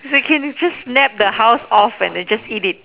so can you just nap the house off and then just eat it